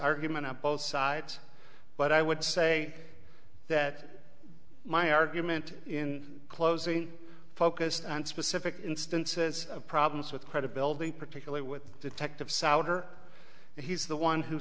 argument on both sides but i would say that my argument in closing focused on specific instances of problems with credibility particularly with detective souter he's the one who